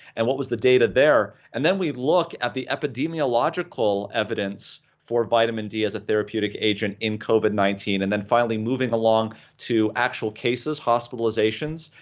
and what was the data there? and then we look at the epidemiological evidence for vitamin d as a therapeutic agent in covid nineteen, and then finally moving along to actual cases, hospitalizations,